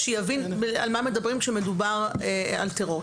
שיבין על מה מדברים כשמדובר על טרור,